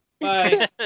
Bye